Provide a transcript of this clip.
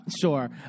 sure